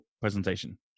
presentation